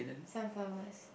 sunflowers